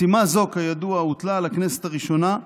משימה זו, כידוע, הוטלה על הכנסת הראשונה,